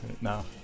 no